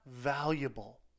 valuable